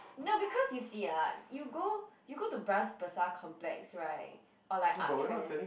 no because you see ah you go you go to Bras-Basah complex right or like Art-Friend